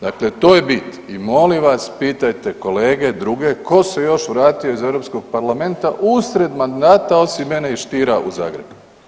Dakle to je bit i molim vas, pitajte kolege druge tko se još vratio iz EU parlamenta usred mandata osim mene i Stiera u Zagreb?